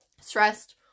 stressed